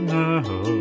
now